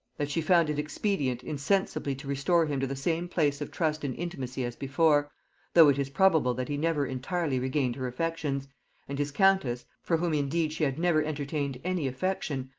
that she found it expedient insensibly to restore him to the same place of trust and intimacy as before though it is probable that he never entirely regained her affections and his countess, for whom indeed she had never entertained any affection,